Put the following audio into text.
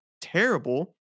terrible